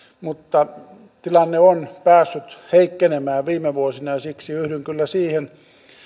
mutta tilanne on päässyt heikkenemään viime vuosina ja siksi yhdyn kyllä siihen